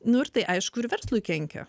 nu ir tai aišku ir verslui kenkia